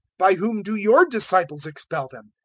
by whom do your disciples expel them?